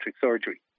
surgery